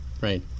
Right